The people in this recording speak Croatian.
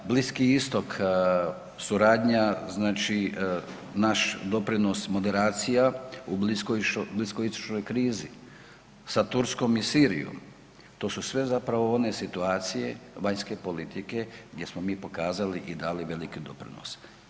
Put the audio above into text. Bliski istok, suradnja znači naš doprinos moderacija u bliskoistočnoj krizi sa Turskom i Sirijom, to su sve zapravo one situacije vanjske politike gdje smo mi pokazali i dali veliki doprinos.